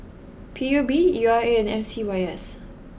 P U B U R A and M C Y S